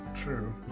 true